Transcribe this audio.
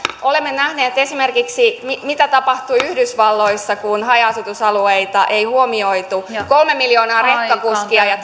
olemme nähneet esimerkiksi mitä tapahtui yhdysvalloissa kun haja asutusalueita ei huomioitu kolme miljoonaa rekkakuskia ja